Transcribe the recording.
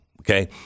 okay